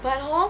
but hor